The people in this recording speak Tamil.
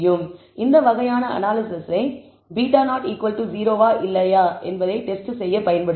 எனவே இந்த வகையான அனாலிசிஸை β0 0 வா இல்லையா என்பதை டெஸ்ட் செய்ய முடியும்